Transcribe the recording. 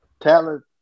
talent